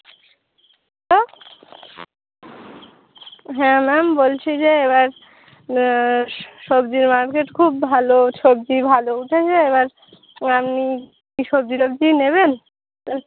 hello হ্যাঁ ma'am বলছি যে এবার স সবজি মার্কেট খুব ভালো সবজি ভালো উঠেছে এবার আপনি সবজি টবজি নেবেন